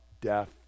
death